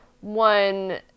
one